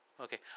Okay